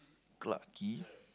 Clark-Quay